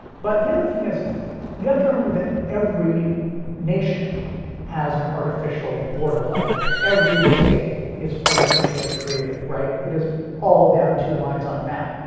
but the other thing is you have to remember that every nation has an artificial border like every state is artificially created, right? it is all down two lines on a map.